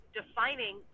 defining